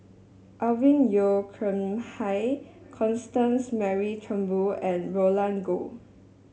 Alvin Yeo Khirn Hai Constance Mary Turnbull and Roland Goh